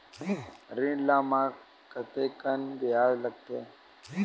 ऋण ले म कतेकन ब्याज लगथे?